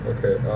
Okay